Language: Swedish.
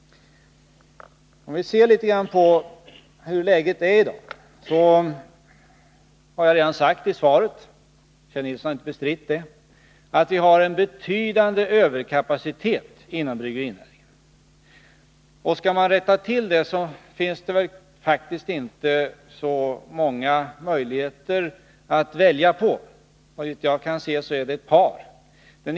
Om vi ser litet grand på hur läget är i dag, har jag redan sagt i svaret — och Kjell Nilsson har inte bestritt det — att vi har en betydande överkapacitet inom bryggerinäringen. Skall man komma till rätta med detta finns det väl inte så många möjligheter att välja på. Såvitt jag kan se finns det ett par sådana.